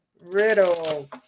Riddle